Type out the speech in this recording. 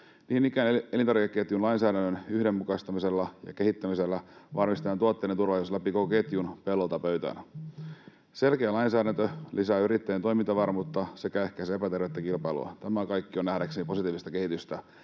Niin ikään elintarvikeketjun lainsäädännön yhdenmukaistamisella ja kehittämisellä varmistetaan tuotteiden turvallisuus läpi koko ketjun pellolta pöytään. Selkeä lainsäädäntö lisää yrittäjien toimintavarmuutta sekä ehkäisee epätervettä kilpailua. Tämä kaikki on nähdäkseni positiivista kehitystä